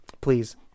Please